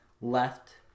left